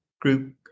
group